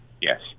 Yes